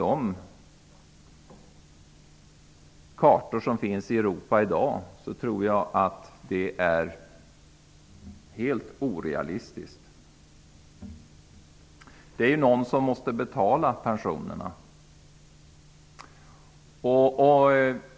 Som det ser ut i Europa i dag tror jag att det är helt orealistiskt. Någon måste betala pensionerna.